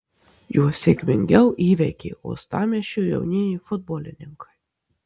juos sėkmingiau įveikė uostamiesčio jaunieji futbolininkai